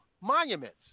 monuments